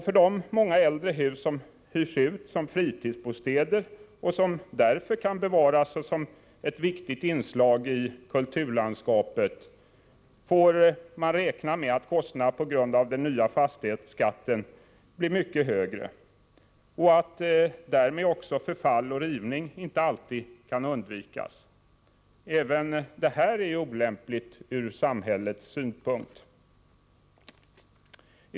För de många äldre hus som hyrs ut som fritidsbostäder och som därför kan bevaras såsom ett viktigt inslag i kulturlandskapet, får man räkna med att kostnaden på grund av den nya fastighetsskatten blir mycket högre än nu och att därmed förfall och rivning inte alltid kan undvikas även om det är olämpligt ur samhällets synpunkt.